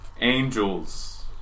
Angels